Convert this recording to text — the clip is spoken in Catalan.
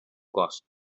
cost